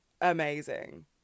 amazing